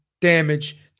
damage